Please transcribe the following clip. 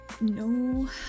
No